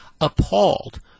appalled